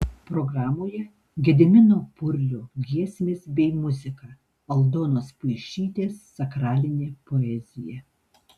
programoje gedimino purlio giesmės bei muzika aldonos puišytės sakralinė poezija